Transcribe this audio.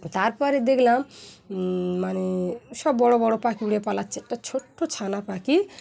তারপরে দেখলাম মানে সব বড়ো বড়ো পাখি উড়ে পালাচ্ছে এ কটা ছোট্টো ছানা পাখি